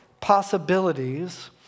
possibilities